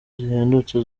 zihendutse